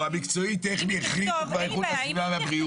המקצועי טכני החליטו באיכות הסביבה והבריאות.